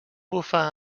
bufa